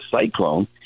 Cyclone